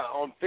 on